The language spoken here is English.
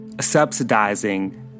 subsidizing